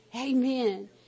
Amen